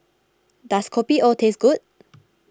does Kopi O taste good